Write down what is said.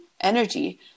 energy